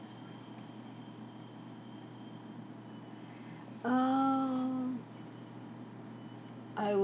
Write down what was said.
oh I